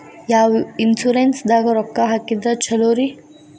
ಯಾವ ಇನ್ಶೂರೆನ್ಸ್ ದಾಗ ರೊಕ್ಕ ಹಾಕಿದ್ರ ಛಲೋರಿ?